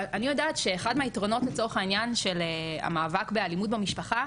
ואני יודעת שאחד מהיתרונות לצורך העניין של המאבק באלימות במשפחה,